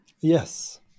Yes